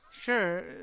Sure